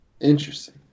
Interesting